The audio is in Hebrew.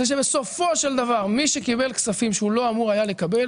זה שבסופו של דבר מי שקיבל כספים שהוא לא אמור היה לקבל